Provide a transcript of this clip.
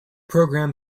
program